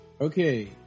okay